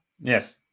Yes